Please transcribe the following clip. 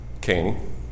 king